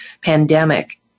pandemic